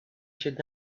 should